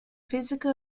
physical